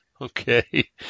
Okay